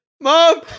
mom